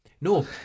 No